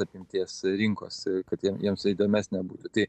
apimties rinkos kad jiem jiems įdomesnė būtų tai